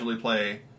play